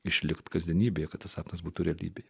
išlikti kasdienybėje kad tas sapnas būtų realybė